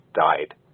died